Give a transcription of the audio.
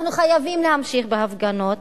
אנחנו חייבים להמשיך בהפגנות,